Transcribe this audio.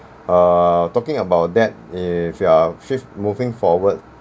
err talking about that if you are moving forward